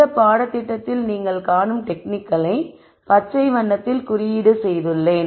இந்த பாடத்திட்டத்தில் நீங்கள் காணும் டெக்னிக்களை பச்சை வண்ணத்தில் குறியீடு செய்துள்ளேன்